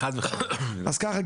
אז ככה,